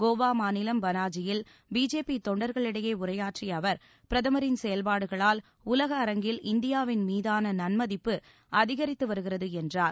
கோவா மாநிலம் பனாஜியில் பிஜேபி தொண்டர்களிடையே உரையாற்றிய அவர் பிரதமரின் செயல்பாடுகளால் உலக அரங்கில் இந்தியாவின் மீதான நன்மதிப்பு அதிகரித்து வருகிறது என்றார்